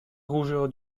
rougeur